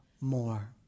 more